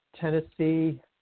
Tennessee